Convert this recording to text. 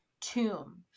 tomb